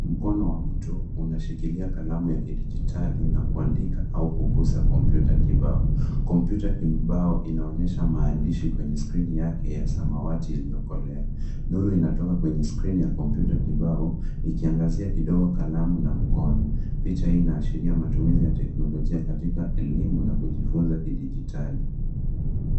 Mkono wa mtu unashikilia kalamu ya kidijitali na kuandika au kuguza kompyuta kibao. Kompyuta kibao inaonyesha maandishi kwenye skrini yake ya samawati iliyokolea. Nuru inatoka kwenye skrini ya kompyuta kibao ikiangazia kidogo kalamu na mkono. Picha hii inaashiria matumizi ya teknolojia katika elimu na kujifunza kidijitali.